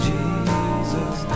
Jesus